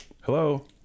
hello